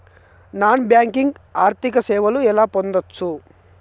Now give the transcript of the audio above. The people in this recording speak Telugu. నాన్ బ్యాంకింగ్ ఆర్థిక సేవలు ఎలా పొందొచ్చు?